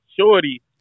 shorty